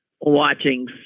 watching